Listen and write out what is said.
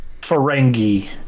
Ferengi